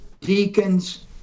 deacons